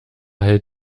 hält